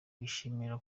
bishimiye